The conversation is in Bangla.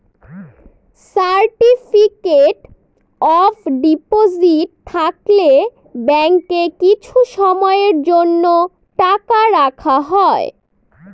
সার্টিফিকেট অফ ডিপোজিট থাকলে ব্যাঙ্কে কিছু সময়ের জন্য টাকা রাখা হয়